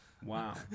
Wow